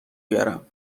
بیارم